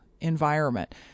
environment